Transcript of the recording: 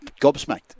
gobsmacked